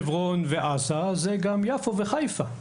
חברון ועזה אלא גם של עכו וחיפה.